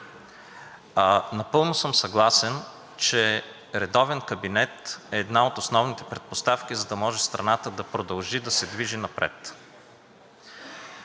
Напълно съм съгласен, че редовен кабинет е една от основните предпоставки, за да може страната да продължи да се движи напред.